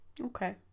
Okay